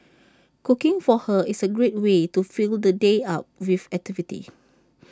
cooking for her is A great way to fill the day up with activity